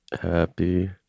happy